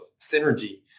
synergy